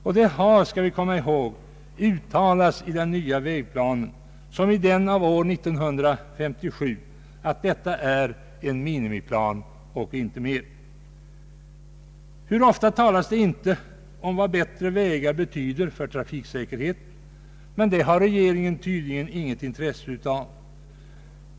I den nya vägplanen har på samma sätt som i den av år 1957 uttalats — och det skall vi komma ihåg — att detta är en minimiplan och inte mer. Hur ofta talas det inte om vad bättre vägar betyder för trafiksäkerheten, men det har regeringen tydligen inget in tresse av.